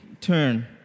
turn